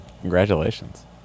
Congratulations